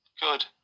good